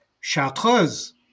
chartreuse